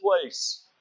place